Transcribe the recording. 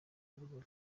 rubavu